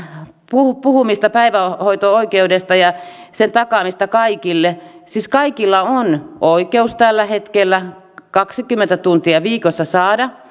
puhumista päivähoito oikeudesta ja sen takaamisesta kaikille siis kaikilla on oikeus tällä hetkellä saada kaksikymmentä tuntia viikossa